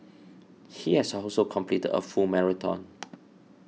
he has also completed a full marathon